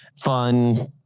fun